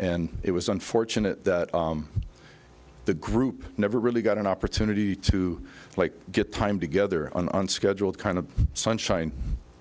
and it was unfortunate the group never really got an opportunity to like get time together unscheduled kind of sunshine